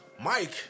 Mike